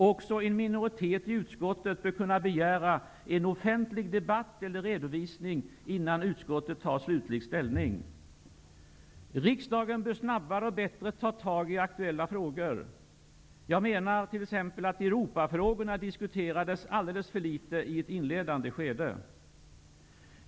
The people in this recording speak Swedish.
Också en minoritet i utskottet bör kunna begära en offentlig debatt eller redovisning innan utskottet tar slutlig ställning. Riksdagen bör snabbare och bättre ta tag i aktuella frågor. Jag menar t.ex. att Europafrågorna diskuterades för lite i ett inledande skede.